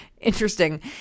Interesting